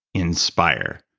inspire.